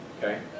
Okay